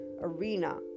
arena